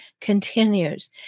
continues